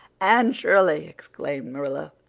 anne shirley! exclaimed marilla.